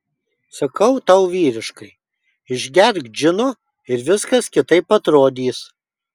sakau tau vyriškai išgerk džino ir viskas kitaip atrodys